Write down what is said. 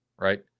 right